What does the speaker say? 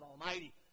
Almighty